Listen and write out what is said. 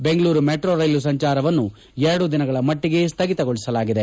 Bengaluru metro ರೈಲು ಸಂಚಾರವನ್ನು ಎರಡು ದಿನಗಳ ಮಟ್ಟಗೆ ಸ್ವಗಿತಗೊಳಿಸಲಾಗಿದೆ